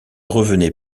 revenez